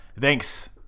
Thanks